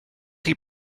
chi